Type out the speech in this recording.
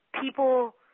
People